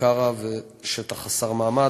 כפר-קרע ושטח חסר מעמד,